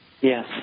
Yes